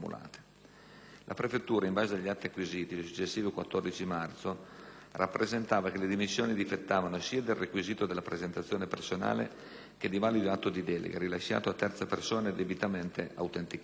La prefettura, in base agli atti acquisiti, il successivo 14 marzo, rappresentava che le dimissioni difettavano sia del requisito della presentazione personale che di valido atto di delega, rilasciato a terza persona e debitamente autenticato.